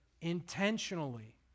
intentionally